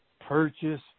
purchase